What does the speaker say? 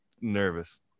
nervous